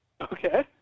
Okay